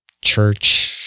church